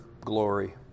glory